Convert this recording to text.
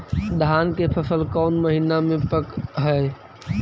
धान के फसल कौन महिना मे पक हैं?